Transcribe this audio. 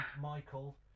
Michael